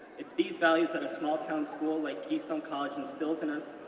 it's these values that a small-town school like keystone college instills in us,